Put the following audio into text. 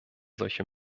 solche